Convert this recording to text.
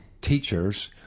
teachers